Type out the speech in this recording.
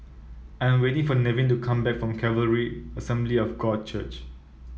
I'm waiting for Nevin to come back from Calvary Assembly of God Church